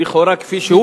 שלכאורה כפי שהוא,